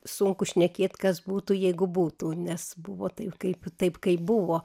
sunku šnekėt kas būtų jeigu būtų nes buvo taip kaip taip kaip buvo